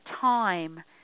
time